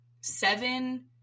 seven